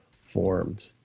formed